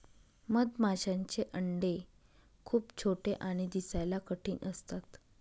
मधमाशांचे अंडे खूप छोटे आणि दिसायला कठीण असतात